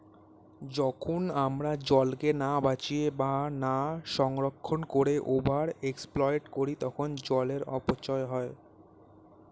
যখন আমরা জলকে না বাঁচিয়ে বা না সংরক্ষণ করে ওভার এক্সপ্লইট করি তখন জলের অপচয় হয়